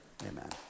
amen